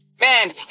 Man